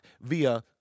via